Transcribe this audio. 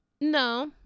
No